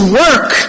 work